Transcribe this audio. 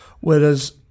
Whereas